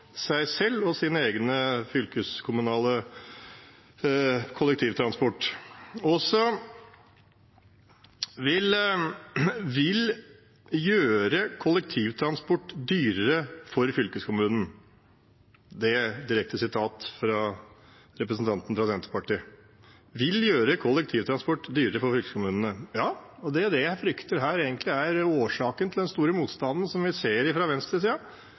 seg selv og sin egen fylkeskommunale kollektivtransport. Dette vil gjøre «kollektivtransporten dyrere for fylkeskommunene» – det er direkte sitat fra representanten fra Senterpartiet. Det jeg frykter her, er den egentlige årsaken til den store motstanden som vi ser fra